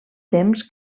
temps